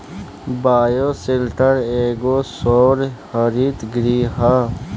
bioshelter एगो सौर हरित गृह ह